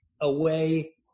away